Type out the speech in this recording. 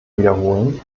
wiederholen